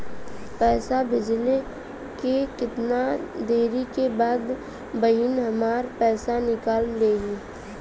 पैसा भेजले के कितना देरी के बाद बहिन हमार पैसा निकाल लिहे?